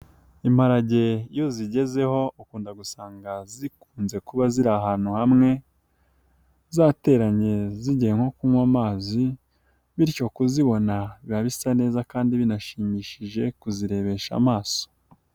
Imparage iyo uzigezeho ukunda gusanga zikunze kuba ziri ahantu hamwe, zateranye zigiye nko kunywa amazi bityo kuzibona biba bisa neza kandi binashimishije kuzirebesha amaso.